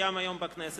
היום בכנסת,